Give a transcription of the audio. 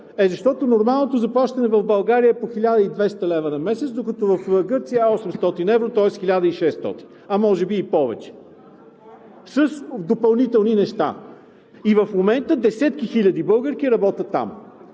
защото нормалното заплащане в България е по 1200 лв. на месец, докато в Гърция е 800 евро, тоест 1600 лв., а може би и повече с допълнителни неща, и в момента десетки хиляди българки работят там.